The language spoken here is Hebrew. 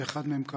ואחד מהם,